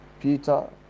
Peter